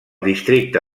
districte